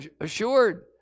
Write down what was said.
assured